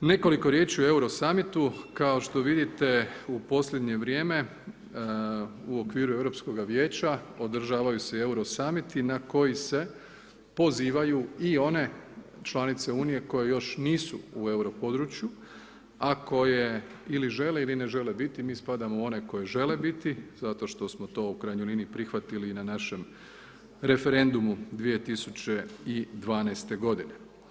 Nekoliko riječi o Euro Summitu, kao što vidite u posljednje vrijeme u okviru Europskova Vijeća, održavaju se Euro Summiti na koji se pozivaju i one članice unije koje još nisu u euro području a koje ili žele ili ne žele biti, mi spadamo u one koje žele biti, zato što smo to u krajnjoj liniji prihvatili i na našem referendumu 2012. godine.